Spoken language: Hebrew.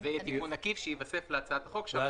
וזה יהיה תיקון עקיף שיוסף להצעת החוק --- כל